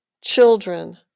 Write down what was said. children